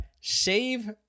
save